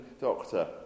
doctor